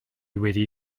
wedi